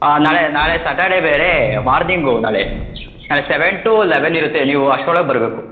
ಆಂ ನಾಳೆ ನಾಳೆ ಸಾಟರ್ಡೇ ಬೇರೆ ಮಾರ್ನಿಂಗು ನಾಳೆ ನಾಳೆ ಸೆವೆನ್ ಟು ಲೆವೆನ್ ಇರುತ್ತೆ ನೀವು ಅಷ್ಟ್ರೊಳಗೆ ಬರಬೇಕು